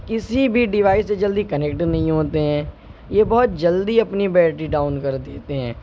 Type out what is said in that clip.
کسی بھی ڈیوائس سے جلدی کنیکٹ نہیں ہوتے ہیں یہ بہت جلدی اپنی بیٹری ڈاؤن کر دیتے ہیں